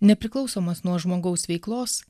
nepriklausomas nuo žmogaus veiklos